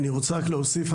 אני רוצה רק להוסיף,